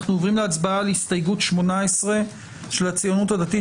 אנחנו עוברים להצבעה על הסתייגות 18 של הציונות הדתית,